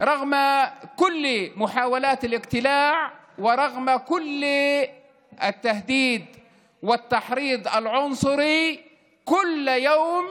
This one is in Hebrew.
למרות כל ניסיונות העקירה וכל האיומים וההסתה הגזענית מדי יום,